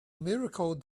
miracle